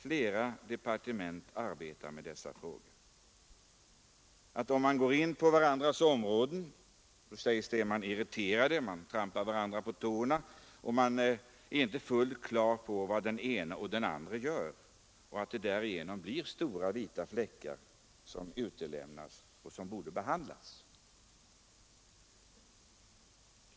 Om departementen går in på varandras områden, så uppstår det irritation över att man så att säga trampar varandra på tårna. Man är heller inte klar över vad den ene och den andre gör, och därigenom blir det stora vita fläckar som aldrig kommer att behandlas.